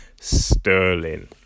Sterling